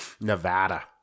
Nevada